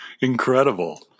incredible